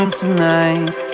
tonight